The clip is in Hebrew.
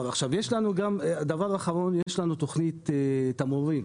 דבר אחרון: יש לנו תכנית תמרורים.